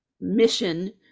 mission